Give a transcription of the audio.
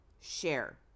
share